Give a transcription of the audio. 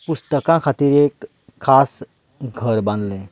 पुस्तकां खातीर एक खास घर बांदलें